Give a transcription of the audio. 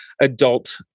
adult